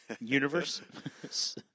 universe